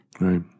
Right